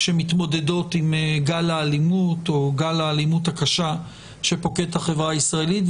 שמתמודדות עם גל האלימות הקשה שפוקד את החברה הישראלית.